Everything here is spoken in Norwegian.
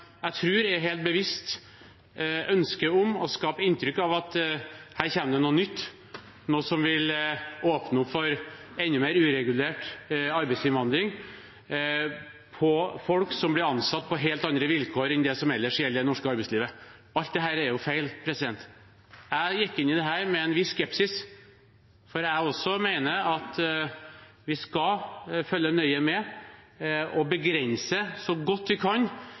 jeg tror er fra et helt bevisst ønske om å skape inntrykk av at det her kommer noe nytt, noe som vil åpne opp for enda mer uregulert arbeidsinnvandring av folk som blir ansatt på helt andre vilkår enn det som ellers gjelder i det norske arbeidslivet. Alt dette er feil. Jeg gikk inn i dette med en viss skepsis, for også jeg mener at vi skal følge nøye med og så godt vi kan